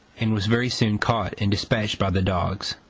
and was very soon caught and despatched by the dogs.